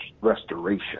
restoration